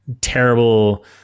terrible